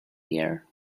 here